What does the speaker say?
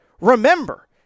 Remember